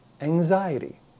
anxiety